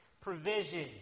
provision